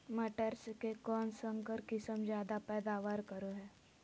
मटर के कौन संकर किस्म जायदा पैदावार करो है?